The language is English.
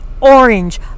Orange